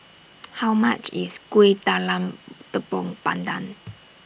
How much IS Kueh Talam Tepong Pandan